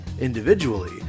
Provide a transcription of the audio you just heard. individually